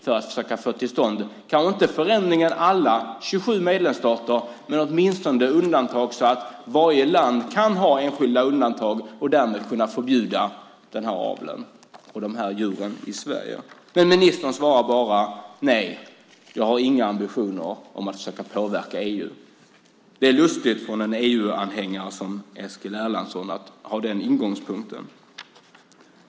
Man kanske inte kan få till stånd förändringar i alla 27 medlemsstater men åtminstone undantag så att varje land kan ha enskilda undantag och man därmed kan förbjuda den här aveln och de här djuren i Sverige. Men ministern svarar bara: Nej, jag har inga ambitioner att försöka påverka EU. Det är lustigt av en EU-anhängare som Eskil Erlandsson att ha den ingångspunkten.